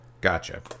gotcha